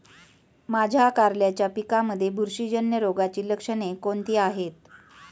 माझ्या कारल्याच्या पिकामध्ये बुरशीजन्य रोगाची लक्षणे कोणती आहेत?